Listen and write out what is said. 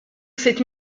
cette